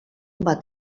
bat